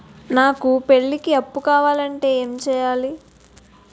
నాకు పెళ్లికి అప్పు కావాలంటే ఏం చేయాలి?